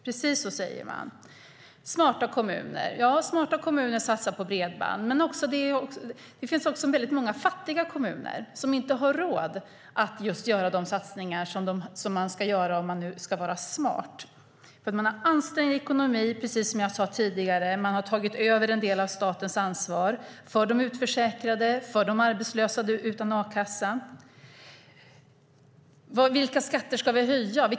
Precis så säger man. Ja, smarta kommuner satsar på bredband. Men det finns också många fattiga kommuner som inte har råd att göra de satsningar som man ska göra om man ska vara smart. Man har ansträngd ekonomi, som jag sade tidigare, och man har tagit över en del av statens ansvar för de utförsäkrade och för de arbetslösa som är utan a-kassa. Vilka skatter ska vi höja? frågar statsrådet.